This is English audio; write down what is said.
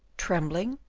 trembling,